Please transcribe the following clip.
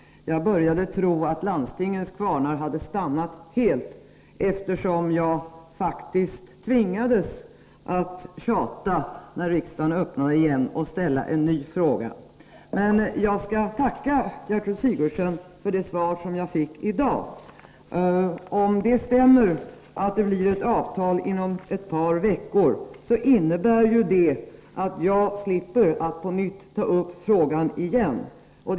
Jag började tro att landstingens kvarnar hade stannat helt, eftersom jag när riksdagen öppnades igen faktiskt tvingades att tjata genom att ställa en ny fråga. Men jag skall tacka Gertrud Sigurdsen för det svar som jag fick i dag. Om det stämmer att det blir ett avtal inom ett par veckor, innebär ju det att jag slipper att ta upp frågan en gång till.